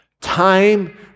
Time